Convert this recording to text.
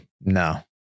No